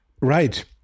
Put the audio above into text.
right